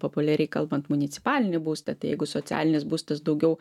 populiariai kalbant municipalinį būstą tai jeigu socialinis būstas daugiau